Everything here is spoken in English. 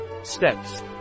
steps